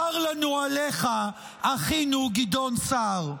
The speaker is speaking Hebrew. צר לנו עליך, אחינו גדעון סער.